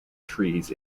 trees